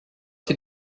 did